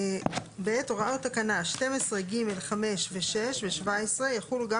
(ב)הוראות תקנה 12ג(5)ו(6) ו-17 יחולו גם